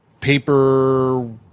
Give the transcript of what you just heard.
paper